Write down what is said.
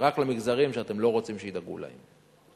רק למגזרים שאתם לא רוצים שידאגו להם.